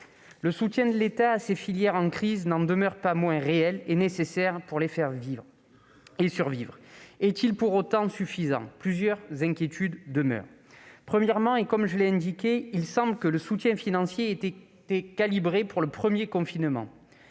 Le soutien de l'État à ces filières en crise n'en demeure pas moins réel, et nécessaire pour les faire survivre. Est-il pour autant suffisant ? Plusieurs inquiétudes demeurent. Premièrement, et comme je l'ai indiqué, il semble que le soutien financier ait été calibré pour le premier confinement.